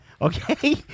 Okay